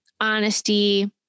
honesty